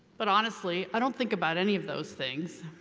but honestly, i don't think about any of those things.